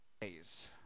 days